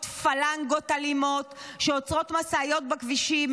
פלנגות אלימות שעוצרות משאיות בכבישים,